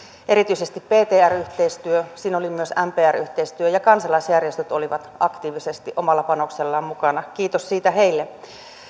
erityisesti ptr yhteistyö siinä oli myös mpr yhteistyö ja kansalaisjärjestöt olivat aktiivisesti omalla panoksellaan mukana kiitos siitä heille